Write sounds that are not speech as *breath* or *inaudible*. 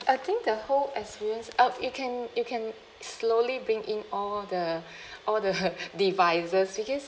I think the whole experience oh you can you can slowly bring in all the *breath* all the *laughs* devices because